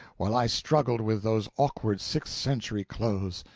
while i struggled with those awkward sixth-century clothes.